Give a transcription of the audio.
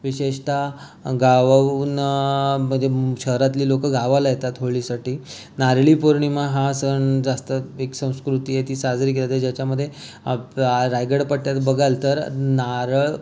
विशेषतः गावावून म्हणजे शहरातले लोक गावाला येतात होळीसाठी नारळी पौर्णिमा हा सण जास्त एक संस्कृती आहे ती साजरी केली जा ज्याच्यामध्ये अप्रा रायगडपट्ट्यात बघाल तर नारळ